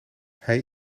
hij